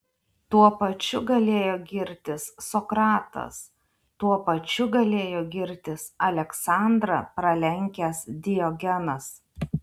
tuo pačiu galėjo girtis sokratas tuo pačiu galėjo girtis aleksandrą pralenkęs diogenas